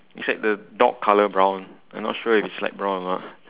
it's like the dog colour brown I'm not sure if it's light brown or not